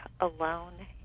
alone